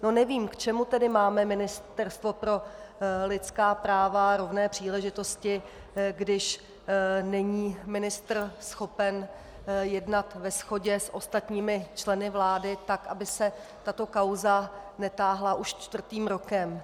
No nevím, k čemu tedy máme Ministerstvo pro lidská práva a rovné příležitosti, když ministr není schopen jednat ve shodě s ostatními členy vlády tak, aby se tato kauza netáhla už čtvrtým rokem.